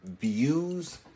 views